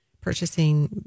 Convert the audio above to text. purchasing